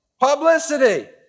Publicity